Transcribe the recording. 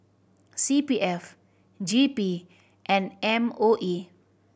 C P F J P and M O E